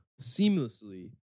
seamlessly